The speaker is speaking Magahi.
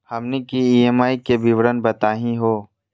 हमनी के ई.एम.आई के विवरण बताही हो?